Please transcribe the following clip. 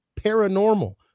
paranormal